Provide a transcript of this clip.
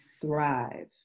thrive